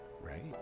Right